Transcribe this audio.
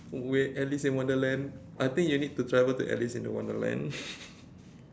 where Alice in wonderland I think you need to travel to Alice in the wonderland